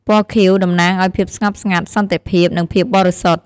ពណ៌ខៀវ តំណាងឱ្យភាពស្ងប់ស្ងាត់ សន្តិភាព និងភាពបរិសុទ្ធ។